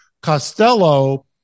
Costello